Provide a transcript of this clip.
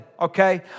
okay